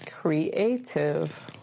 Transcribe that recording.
Creative